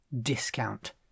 discount